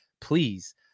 please